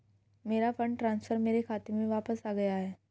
मेरा fund transfer मेरे खाते में वापस आ गया है